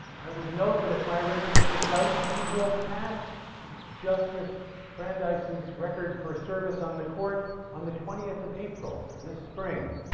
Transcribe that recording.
i would note that if my arithmetic is right she will pass justice brandeis' record for service on the court on the twentieth of april this spring.